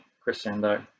crescendo